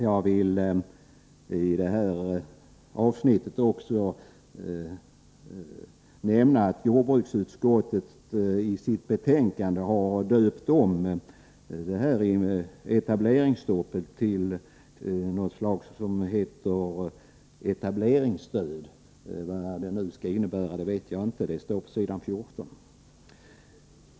Jag vill i det sammanhanget också nämna att jordbruksutskottet i sitt betänkande har döpt om etableringsstoppet till investeringsstöd — vad det nu skall innebära. Detta står på s. 14.